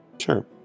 sure